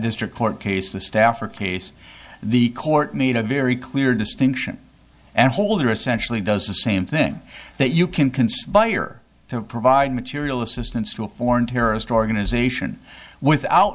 district court case the staffer case the court made a very clear distinction and holder essentially does the same thing that you can conspire to provide material assistance to a foreign terrorist organization without